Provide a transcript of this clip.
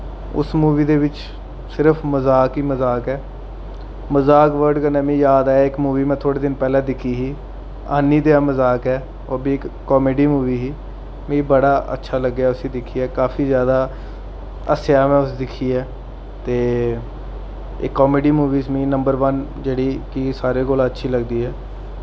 उस मूवी दे बिच सिर्फ मजाक ई मजाक ऐ मजाक वर्ड कन्नै मिगी याद आया कि इक मूवी में थोह्ड़े दिन पैह्लें दिक्खी ही हन्नी तेरा मजाक ऐ ओह् बी इक कामेडी मूवी ही मिगी बडा अच्छा लग्गेआ उसी दिक्खियै काफी जैदा हस्सेआ में उसी दिक्खियै ते एह् कामेडी मूवी में जेह्ड़ी नम्बर वन जेह्ड़ी के सारें कोला अच्छी लगदी ऐ